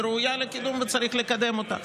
היא ראויה לקידום וצריך לקדם אותה,